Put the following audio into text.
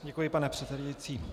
Děkuji, pane předsedající.